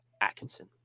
atkinson